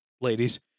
ladies